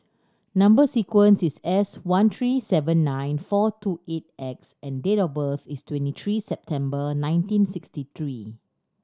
number sequence is S one three seven nine four two eight X and date of birth is twenty three September nineteen sixty three